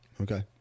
Okay